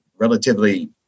relatively